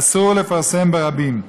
אסור לפרסם ברבים.